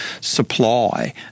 supply